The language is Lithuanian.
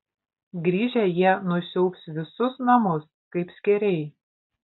grįžę jie nusiaubs visus namus kaip skėriai